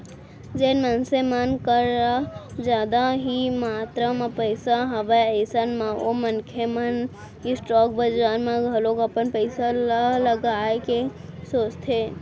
जेन मनसे मन कर जादा ही मातरा म पइसा हवय अइसन म ओ मनखे मन ह स्टॉक बजार म घलोक अपन पइसा ल लगाए के सोचथे